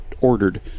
ordered